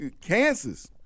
kansas